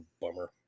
bummer